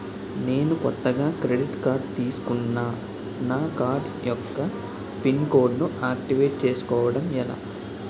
నేను కొత్తగా credit card తిస్కున్నా నా కార్డ్ యెక్క పిన్ కోడ్ ను ఆక్టివేట్ చేసుకోవటం ఎలా?